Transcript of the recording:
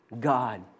God